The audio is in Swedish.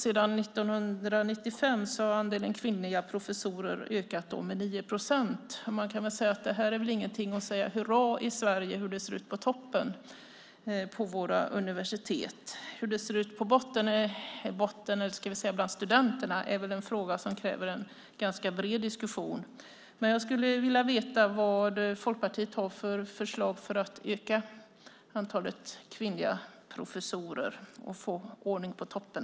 Sedan 1995 har andelen kvinnliga professorer ökat med 9 procent. Vi kan knappast ropa hurra till hur det ser ut på toppen vid våra universitet. Hur det ser ut bland studenterna är en fråga som kräver en ganska bred diskussion. Jag skulle vilja veta vilka förslag Folkpartiet har för att öka antalet kvinnliga professorer och få ordning på toppen.